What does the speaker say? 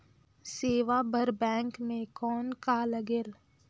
सेवा बर बैंक मे कौन का लगेल?